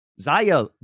Zaya